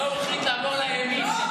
אולי הוא החליט לעבור לימין.